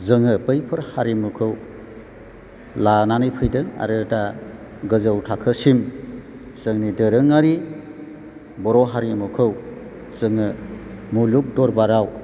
जोङो बैफोर हारिमुखौ लानानै फैदों आरो दा गोजौ थाखोसिम जोंनि दोरोङारि बर' हारिमुखौ जोङो मुलुग दरबाराव